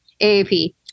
AAP